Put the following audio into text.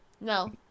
No